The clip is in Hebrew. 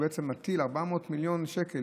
שבעצם מטיל 400 מיליון שקל,